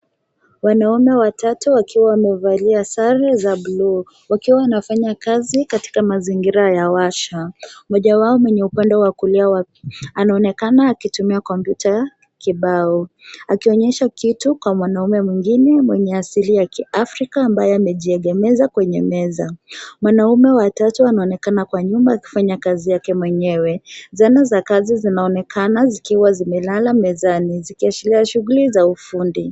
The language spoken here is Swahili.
Wanaume watatu wakiwa wamevalia sare za bluu wakiwa wanafanya kazi katika mazingira ya washa. Mmoja wao mwenye upande wa kulia wa- anaonekana akitumia kompyuta kibao akionyesha kitu kwa mwanaume mwingine mwenye asili ya kiafrika ambaye amejiegemeza kwenye meza. Mwanaume wa tatu anaonekana kwa nyuma akifanya kazi yake mwenyewe. Zana za kazi zinaonekana zikiwa zimelala mezani zikiashiria shughuli za ufundi.